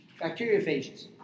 bacteriophages